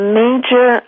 major